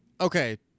Okay